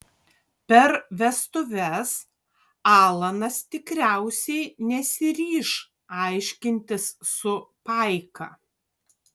per vestuves alanas tikriausiai nesiryš aiškintis su paika